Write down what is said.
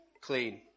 clean